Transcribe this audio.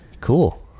Cool